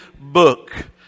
book